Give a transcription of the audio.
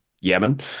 Yemen